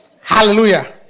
Hallelujah